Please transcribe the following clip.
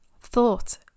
thought